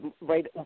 right